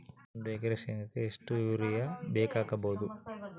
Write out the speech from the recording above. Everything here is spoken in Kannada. ಒಂದು ಎಕರೆ ಶೆಂಗಕ್ಕೆ ಎಷ್ಟು ಯೂರಿಯಾ ಬೇಕಾಗಬಹುದು?